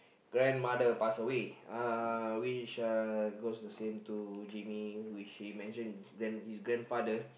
grandmother passed away uh which uh was the same to Jaime which he mentioned then his grandfather grandmother passed way